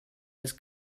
was